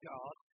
God